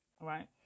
right